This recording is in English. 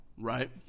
Right